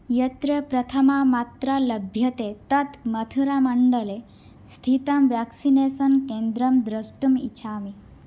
यत्र प्रथमा मात्रा लभ्यते तत् मथुरामण्डले स्थितं व्याक्सिनेसन् केन्द्रं द्रष्टुम् इछामि